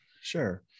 Sure